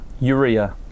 urea